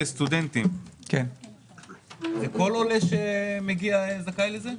יש קבוצות מסוימות של העולים שמגיעים קודם כל למרכזי הקליטה,